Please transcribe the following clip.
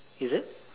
is it